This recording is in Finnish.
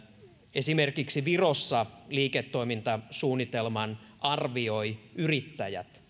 esimerkiksi virossa liiketoimintasuunnitelman arvioivat yrittäjät